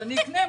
אני אקנה.